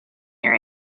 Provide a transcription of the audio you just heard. your